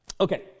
Okay